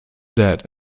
dead